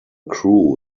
crew